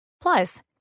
Plus